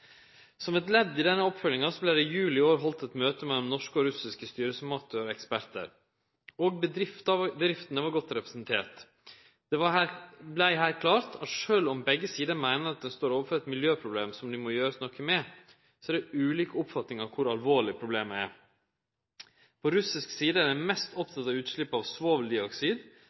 Som eit ledd i denne oppfølginga vart det i juli i år halde eit møte mellom norske og russiske styresmakter og ekspertar. Også bedrifta var godt representert. Det vart her heilt klart at sjølv om begge sider meiner at dei står overfor eit miljøproblem som det må gjerast noko med, er det ulike oppfatningar av kor alvorleg problemet er. På russisk side er ein mest oppteken av utslepp av svoveldioksid,